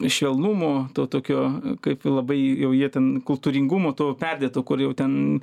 švelnumo to tokio kaip labai jau jie ten kultūringumo to perdėto kur jau ten